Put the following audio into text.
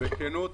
בכנות,